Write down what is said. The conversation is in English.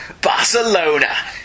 Barcelona